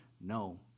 No